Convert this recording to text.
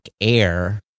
Air